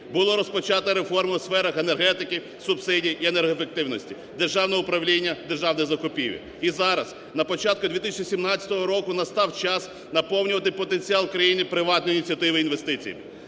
була розпочата реформа у сферах енергетики, субсидій і енергоефективності, державного управління, державних закупівель. І зараз на початку 2017 року настав час наповнювати потенціал в країні приватної ініціативи інвестиціями.